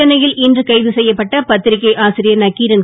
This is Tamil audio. சென்னையில் இன்று கைது செய்யப்பட்ட பத்திரிக்கை ஆசிரியர் நக்கிரன்